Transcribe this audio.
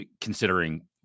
considering